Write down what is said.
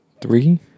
Three